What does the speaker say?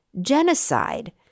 genocide